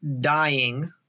dying